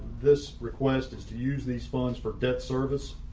this request is to use these funds for debt service.